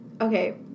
Okay